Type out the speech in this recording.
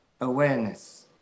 Awareness